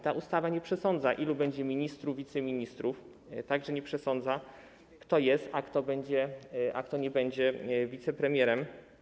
Ta ustawa nie przesądza, ilu będzie ministrów, wiceministrów, także nie przesądza, kto jest, kto będzie, a kto nie będzie wicepremierem.